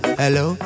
hello